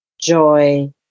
joy